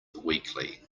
weakly